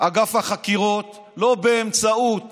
אגף החקירות, לא באמצעות